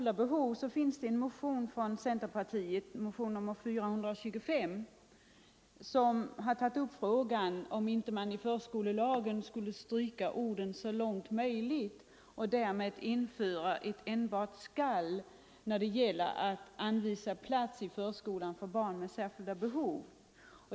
Det finns en motion från centerpartiet, nr 425, som har tagit upp frågan om man inte i förskolelagen borde stryka orden ”så långt möjligt” och därmed införa enbart ett ”skall” när det gäller att anvisa plats i förskolan för barn med särskilda behov.